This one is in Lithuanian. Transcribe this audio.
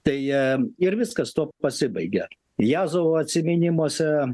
tai jie ir viskas tuo pasibaigė jazovo atsiminimuose